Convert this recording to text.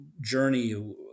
journey